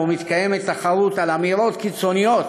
שמתקיימת תחרות על אמירות קיצוניות